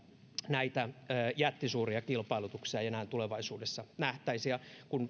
näitä jättisuuria kilpailutuksia ei enää tulevaisuudessa nähtäisi ja kun asia on nimenomaan tänään